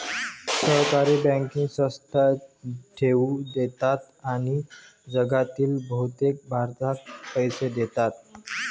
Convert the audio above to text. सहकारी बँकिंग संस्था ठेवी घेतात आणि जगातील बहुतेक भागात पैसे देतात